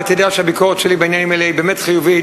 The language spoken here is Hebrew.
ואתה יודע שהביקורת שלי בעניינים האלה היא באמת חיובית,